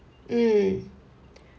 mm